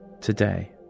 Today